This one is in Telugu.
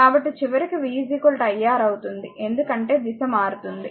కాబట్టి చివరికి v iR అవుతుంది ఎందుకంటే దిశ మారుతుంది